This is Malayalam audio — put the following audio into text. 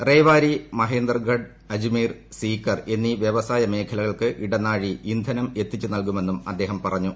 റേഡ്ടർ ് മഹേന്ദർഗഡ് അജ്മീർ സീക്കർ എന്നീ വ്യവസായ മേഖ്ലികൾക്ക് ഇടനാഴി ഇന്ധനം എത്തിച്ചു നൽകുമെന്നും അദ്ദേഹം പറഞ്ഞു